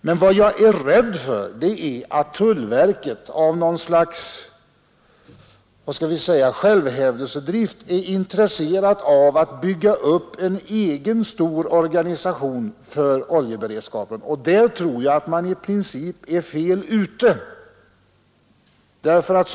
Men vad jag är rädd för är att tullverket av låt mig säga något slags självhävdelsedrift är intresserat av att bygga upp en egen stor organisation för oljeberedskapen. Där tror jag att man i princip är inne på fel väg.